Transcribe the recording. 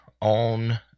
on